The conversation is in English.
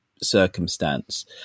circumstance